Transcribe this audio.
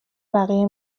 بقیه